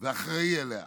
ואחראי עליהם.